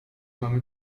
mamy